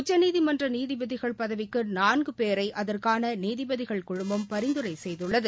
உச்சநீதிமன்ற நீதிபதிகள் பதவிக்கு நான்கு பேரை அகற்கான நீதிபதிகள் குழுமம் பரிந்துரை செய்துள்ளது